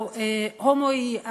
ההומואי,